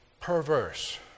perverse